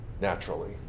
naturally